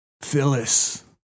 Phyllis